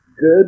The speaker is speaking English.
Good